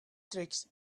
tricks